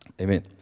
Amen